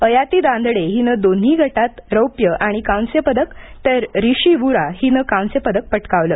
अयाती दांदडे हिनं दोन्ही गटात रौप्य आणि कांस्य पदक तर रिषी वुरा हिनं कांस्य पदक पटकावलं